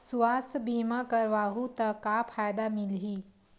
सुवास्थ बीमा करवाहू त का फ़ायदा मिलही?